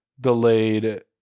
delayed